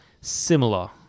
similar